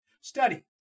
Study